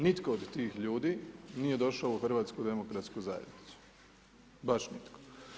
Nitko od tih ljudi nije došao u HDZ, baš nitko.